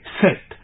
set